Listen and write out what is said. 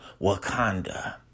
Wakanda